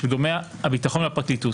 גורמי הביטחון והפרקליטות,